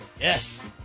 Yes